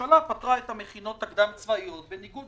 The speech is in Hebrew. הממשלה פטרה את המכינות הקדם-צבאיות בניגוד